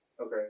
Okay